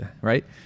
Right